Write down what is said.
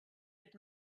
had